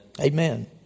Amen